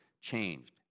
changed